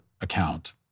account